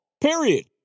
Period